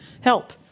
help